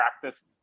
practice